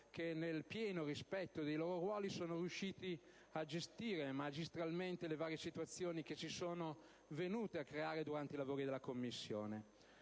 che, nel pieno rispetto dei loro ruoli, sono riusciti a gestire magistralmente le varie situazioni che si sono venute a creare durante i lavori della Commissione.